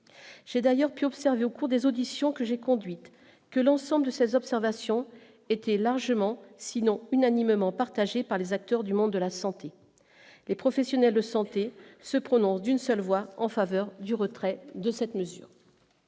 j'ai d'ailleurs pu observer au cours des auditions que j'ai conduite que l'ensemble de ces observations étaient largement sinon unanimement partagé par les acteurs du monde de la santé, les professionnels de santé se prononce d'une seule voix en faveur du retrait de cette mesure,